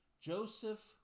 Joseph